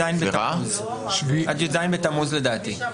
עד י"ז בתמוז לדעתי.